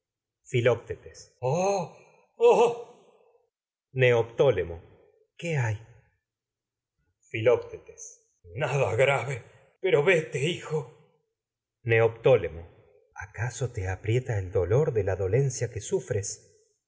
neoptólemo filoctetes qué hay pero nada grave vete hijo neoptólemo acaso te aprieta el dolpr de la do lencia que sufres